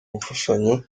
imfashanyo